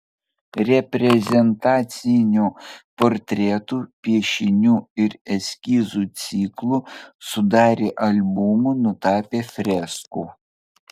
reprezentacinių portretų piešinių ir eskizų ciklų sudarė albumų nutapė freskų